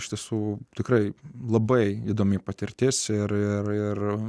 iš tiesų tikrai labai įdomi patirtis ir ir ir